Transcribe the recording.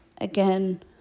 Again